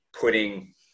putting